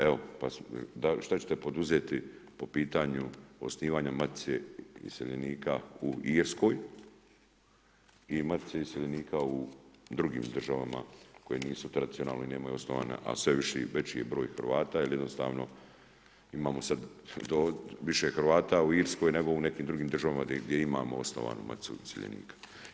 Evo, što ćete poduzeti po pitanju osnivanja Matice iseljenika u Irskoj i Matice iseljenika u drugim državama koje nisu tradicionalne i nemaju osnovane, a sve veći je broj Hrvata jer jednostavno imamo sada više Hrvata u Irskoj nego u nekim drugim državama gdje imamo osnovanu Maticu iseljenika?